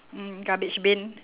mm garbage bin